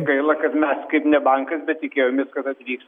gaila kad mes kaip ne bankas bet tikėjomės kad atvyks